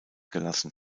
gelassen